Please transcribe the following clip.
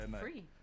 Free